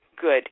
good